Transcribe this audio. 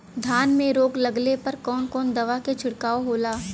धान में रोग लगले पर कवन कवन दवा के छिड़काव होला?